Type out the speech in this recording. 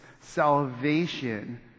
salvation